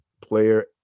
Player